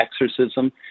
exorcism